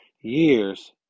years